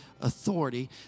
authority